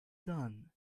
done